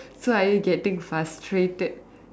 so are you getting frustrated